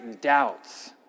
doubts